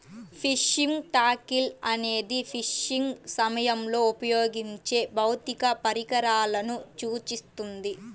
fishing tackle అనేది fishing సమయంలో ఉపయోగించే భౌతిక పరికరాలను సూచిస్తుంది